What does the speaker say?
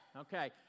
Okay